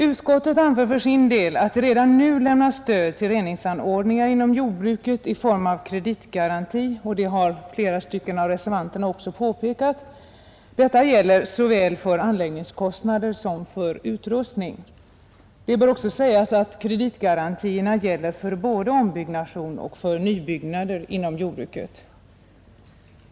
Utskottsmajoriteten anför för sin del att det redan nu lämnas stöd till reningsanordningar inom jordbruket i form av kreditgaranti — det har flera av reservanterna också påpekat — såväl för anläggningskostnad som för utrustning. Det bör också sägas att kreditgarantierna gäller både för ombyggnation och för nybyggnader inom jordbruket.